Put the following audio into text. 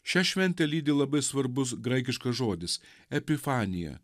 šią šventę lydi labai svarbus graikiškas žodis epifanija